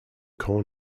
korn